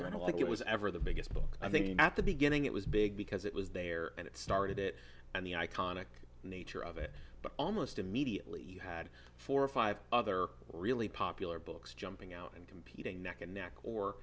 a like it was ever the biggest book i think at the beginning it was big because it was there and it started it and the iconic nature of it but almost immediately you had four or five other really popular books jumping out and competing neck and neck or